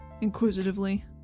Inquisitively